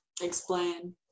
Explain